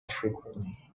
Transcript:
frequently